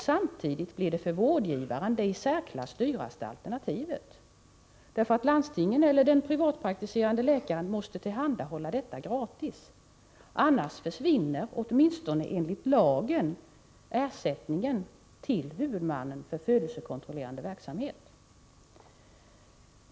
Samtidigt blir det för vårdgivaren det i särklass dyraste alternativet. Landstingen eller den privatpraktiserande läkaren måste tillhandahålla detta preventivmedel gratis, annars försvinner ersättningen, åtminstone enligt lagen om ersättning för viss födelsekontrollerande verksamhet.